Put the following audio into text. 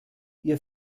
ihr